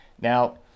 Now